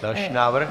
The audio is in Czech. Další návrh?